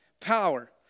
Power